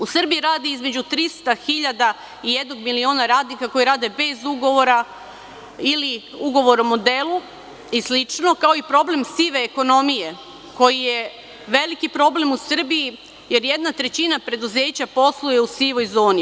U Srbiji radi između 300.000 i 1.000.000 radnika koji rade bez ugovora ili ugovorom o delu i slično, kao i problem sive ekonomije koji je veliki problem u Srbiji jer jedna trećina preduzeća posluje u sivoj zoni.